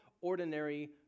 ordinary